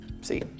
see